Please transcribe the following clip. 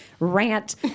rant